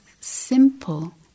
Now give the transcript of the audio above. simple